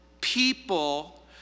people